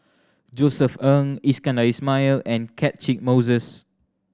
Josef Ng Iskandar Ismail and Catchick Moses